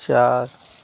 चार